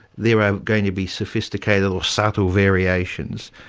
there are going to be sophisticated or subtle variations,